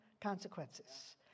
consequences